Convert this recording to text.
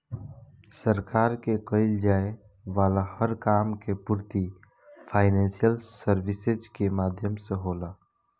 सरकार के कईल जाये वाला हर काम के पूर्ति फाइनेंशियल सर्विसेज के माध्यम से होला